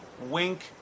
Wink